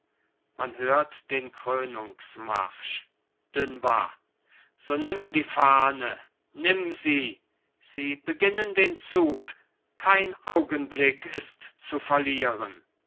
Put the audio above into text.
man hört den krönungsmarsch dunois so nimm die fahne nimm sie sie beginnen den zug kein augenblick ist zu verlieren